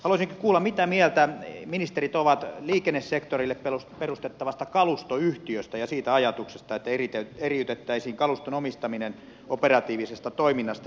haluaisinkin kuulla mitä mieltä ministerit ovat liikennesektorille perustettavasta kalustoyhtiöstä ja siitä ajatuksesta että eriytettäisiin kaluston omistaminen operatiivisesta toiminnasta